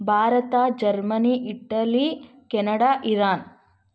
Bharat Germany Italy Canada Iran